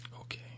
Okay